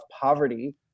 poverty